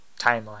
timeline